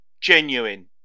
genuine